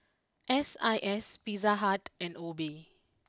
S I S Pizza Hut and Obey